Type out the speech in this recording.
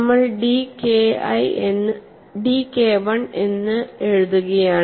നമ്മൾ dK I എഴുതുകയാണ്